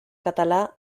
català